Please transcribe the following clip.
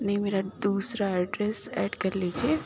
نہیں میرا دوسرا ایڈریس ایڈ کر لیجیے